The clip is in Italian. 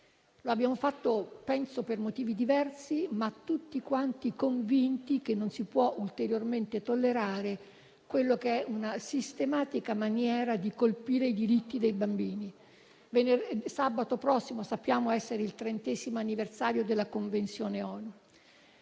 Lo abbiamo fatto penso per motivi diversi, ma tutti quanti convinti che non si possa ulteriormente tollerare quella che è una maniera ormai sistematica di colpire i diritti dei bambini. Sabato prossimo, il 20 novembre, sarà il trentesimo anniversario della Convenzione ONU